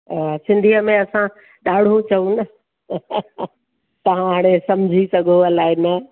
सिंधीअ में असां ॾांढ़ूं चयूं न तव्हां हाणे सम्झी सघो अलाए न